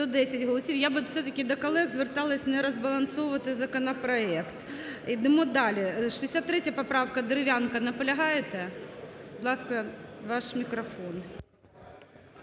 Я би все-таки до колег зверталась не розбалансовувати законопроект. Йдемо далі. 63 поправка Дерев'янка. Наполягаєте? Будь ласка, ваш мікрофон.